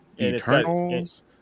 Eternals